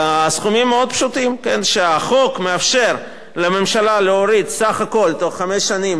הסכומים מאוד פשוטים: החוק מאפשר לממשלה להוריד סך הכול בתוך חמש שנים